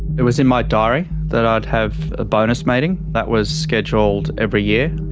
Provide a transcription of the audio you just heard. it was in my diary that i'd have a bonus meeting, that was scheduled every year.